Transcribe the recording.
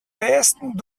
westen